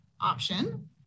option